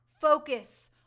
focus